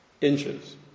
Inches